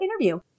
interview